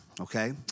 Okay